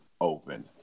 Open